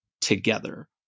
together